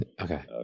Okay